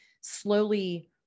slowly